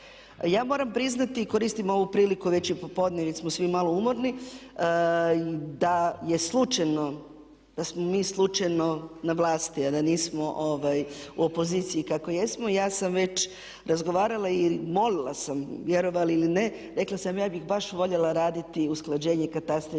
Ja moram priznati i koristim ovu priliku, već i popodne, već smo svi malo umorni da je slučajno, da smo mi slučajno na vlasti a da nismo u opoziciji kako jesmo ja sam već razgovarala i molila sam vjerovali ili ne, rekla sam ja bih baš voljela raditi usklađenje katastra